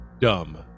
dumb